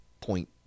point